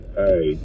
hey